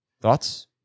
Thoughts